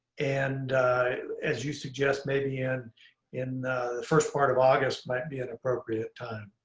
and as you suggest, maybe in in the first part of august might be an appropriate time.